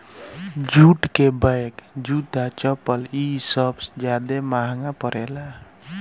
jute के bag, जूता, चप्पल इ सब ज्यादे महंगा परेला